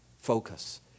focus